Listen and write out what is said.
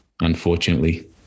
unfortunately